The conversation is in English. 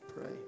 pray